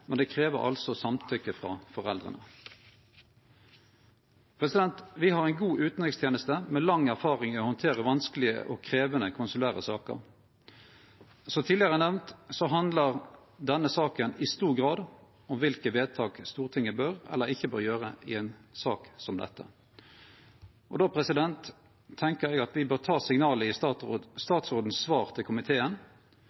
men det krev altså samtykke frå foreldra. Me har ei god utanriksteneste, med lang erfaring i å handtere vanskelege og krevjande konsulære saker. Som tidlegare nemnt handlar denne saka i stor grad om kva slags vedtak Stortinget bør eller ikkje bør gjere i ei sak som dette. Då tenkjer eg at me bør ta signalet i